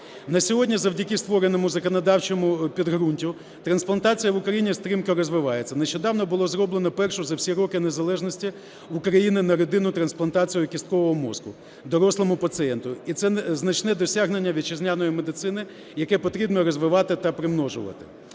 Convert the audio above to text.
На сьогодні завдяки створеному законодавчому підґрунтю трансплантація в Україні стрімко розвивається. Нещодавно було зроблено першу за всі роки незалежності України неродинну трансплантацію кісткового мозку дорослому пацієнту і це значне досягнення вітчизняної медицини, яке потрібно розвивати та примножувати.